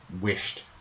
wished